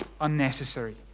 unnecessary